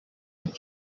and